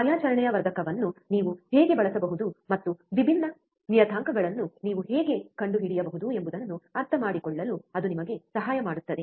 ಕಾರ್ಯಾಚರಣೆಯ ವರ್ಧಕವನ್ನು ನೀವು ಹೇಗೆ ಬಳಸಬಹುದು ಮತ್ತು ವಿಭಿನ್ನ ನಿಯತಾಂಕಗಳನ್ನು ನೀವು ಹೇಗೆ ಕಂಡುಹಿಡಿಯಬಹುದು ಎಂಬುದನ್ನು ಅರ್ಥಮಾಡಿಕೊಳ್ಳಲು ಅದು ನಿಮಗೆ ಸಹಾಯ ಮಾಡುತ್ತದೆ